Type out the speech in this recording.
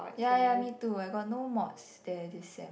ya ya me too I got no mods there this sem